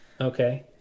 Okay